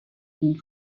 wind